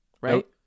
right